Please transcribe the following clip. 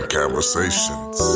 conversations